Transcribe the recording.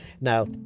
Now